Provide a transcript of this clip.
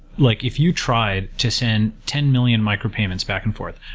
like if you tried to send ten million micropayments back and forth,